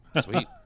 Sweet